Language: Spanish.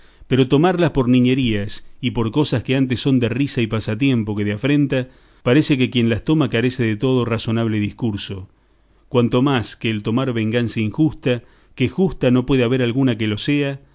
pero tomarlas por niñerías y por cosas que antes son de risa y pasatiempo que de afrenta parece que quien las toma carece de todo razonable discurso cuanto más que el tomar venganza injusta que justa no puede haber alguna que lo sea